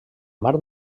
mar